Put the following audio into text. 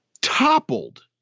toppled